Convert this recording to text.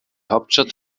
hauptstadt